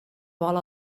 vol